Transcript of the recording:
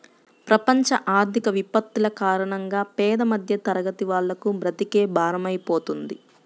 ప్రపంచ ఆర్థిక విపత్తుల కారణంగా పేద మధ్యతరగతి వాళ్లకు బ్రతుకే భారమైపోతుంది